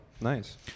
Nice